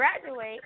graduate